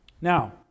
Now